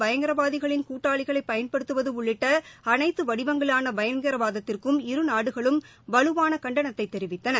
பயங்கரவாதிகளின் கூட்டாளிகளை பயன்படுத்துவது உள்ளிட்ட அனைத்து வடிவங்களிலான பயங்கரவாதத்திற்கும் இரு நாடுகளும் வலுவான கண்டனத்தை தெரிவித்தன